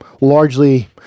largely